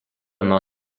nuo